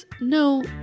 no